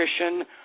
nutrition